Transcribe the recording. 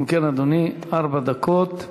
אם כן, אדוני, ארבע דקות לרשותך.